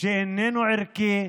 שאיננו ערכי,